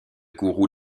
guru